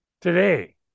today